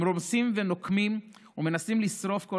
הם רומסים ונוקמים ומנסים לשרוף כל